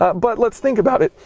but but let's think about it.